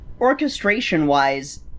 orchestration-wise